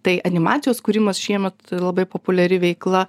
tai animacijos kūrimas šiemet labai populiari veikla